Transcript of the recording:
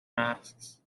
masks